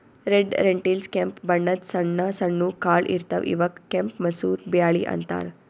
red lentils ಕೆಂಪ್ ಬಣ್ಣದ್ ಸಣ್ಣ ಸಣ್ಣು ಕಾಳ್ ಇರ್ತವ್ ಇವಕ್ಕ್ ಕೆಂಪ್ ಮಸೂರ್ ಬ್ಯಾಳಿ ಅಂತಾರ್